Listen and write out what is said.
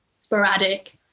sporadic